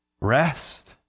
Rest